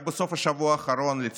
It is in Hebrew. רק בסוף השבוע האחרון, לצערי,